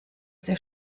sehr